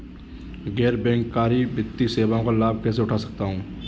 गैर बैंककारी वित्तीय सेवाओं का लाभ कैसे उठा सकता हूँ?